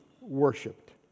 worshipped